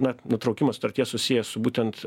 na nutraukimo sutarties susijęs su būtent